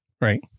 Right